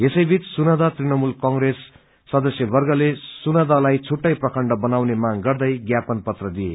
यसै बीच सुनादह तृणमूल कंग्रेसका सदस्यवर्गले सुनादहलाई छुट्टै प्रखण्ड बनाउने मांग गर्दै ज्ञापन पत्र दिए